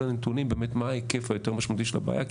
הנתונים באמת מה ההיקף היותר משמעותי של הבעיה,